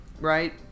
right